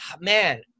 Man